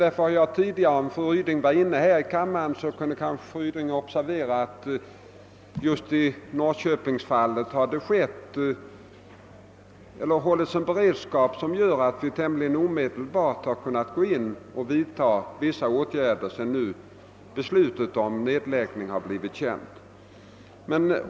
Om fru Ryding var inne i kammaren litet tidigare i dag, kunde hon kanske observerat att det i Norrköpingsfallet hållits en beredskap som bidragit till att vi tämligen omedelbart kunnat vidta vissa åtgärder sedan beslutet om nedläggningen blivit känt.